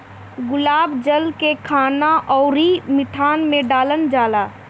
गुलाब जल के खाना अउरी मिठाई में डालल जाला